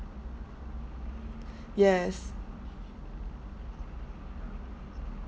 yes